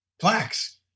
plaques